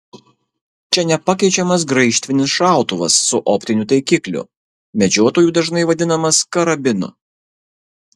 čia nepakeičiamas graižtvinis šautuvas su optiniu taikikliu medžiotojų dažnai vadinamas karabinu